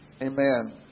Amen